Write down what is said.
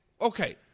okay